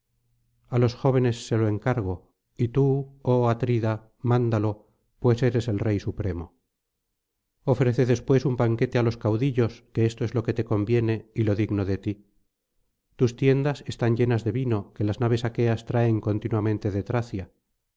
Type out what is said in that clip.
a los jóvenes se lo encargo y tú oh atrida mándalo pues eres el rey supremo ofrece después un banquete á los caudillos que esto es lo que te conviene y lo digno de ti tus tiendas están llenas de vino que las naves aqueas traen continuamente de tracia